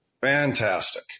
Fantastic